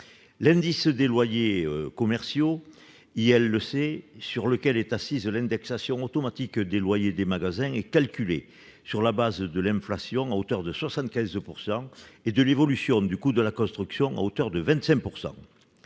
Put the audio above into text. particuliers à l'article 6. L'ILC, sur lequel est assise l'indexation automatique des loyers des magasins, est calculé sur la base de l'inflation, à hauteur de 75 %, et de l'évolution du coût de la construction, à hauteur de 25 %.